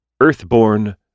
Earthborn